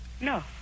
No